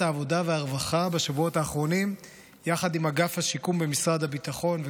העבודה והרווחה בשבועות האחרונים יחד עם אגף השיקום במשרד הביטחון,